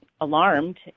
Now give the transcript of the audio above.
alarmed